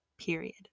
period